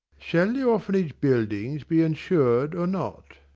shall the orphanage buildings be insured or not?